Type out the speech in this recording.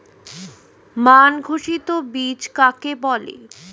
মান ঘোষিত বীজ কাকে বলে?